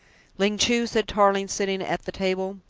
ling chu, said tarling, sitting at the table,